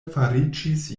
fariĝis